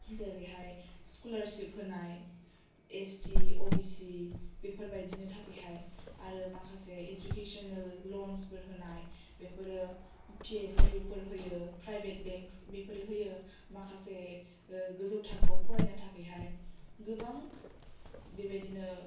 जेरैहाय स्कलारशिप होनाय S T O B C बेफोरबादिनो थाखायहाय आरो माखासे इडुकेसनेल लनसफोर होनाय बेफोरो पि एस इउ फोर होयो प्राइभेट बेंक्स बेफोरो होयो माखासे गोजौ थाखोयाव फरायनो थाखायहाय गोबां बेबादिनो